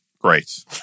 Great